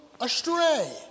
astray